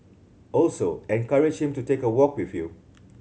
also encourage him to take a walk with you